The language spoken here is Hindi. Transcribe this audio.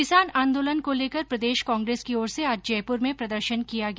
किसान आंदोलन को लेकर प्रदेश कांग्रेस की ओर से आज जयपुर में प्रदर्शन किया गया